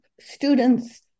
students